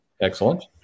Excellent